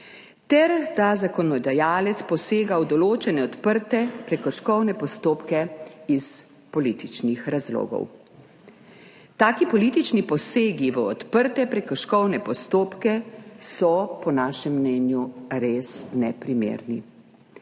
ter da zakonodajalec posega v določene odprte prekrškovne postopke iz političnih razlogov. Taki politični posegi v odprte prekrškovne postopke so po našem mnenju res neprimerni.